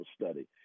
study